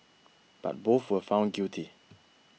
but both were found guilty